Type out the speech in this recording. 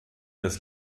des